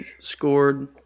scored